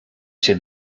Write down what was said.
się